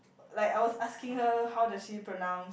like I was asking her how does she pronounce